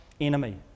enemy